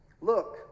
look